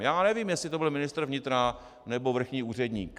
Já nevím, jestli to byl ministr vnitra, nebo vrchní úředník.